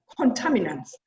contaminants